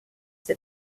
that